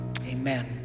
Amen